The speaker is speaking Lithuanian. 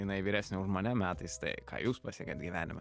jinai vyresnė už mane metais tai ką jūs pasiekėt gyvenime